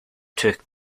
took